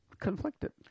conflicted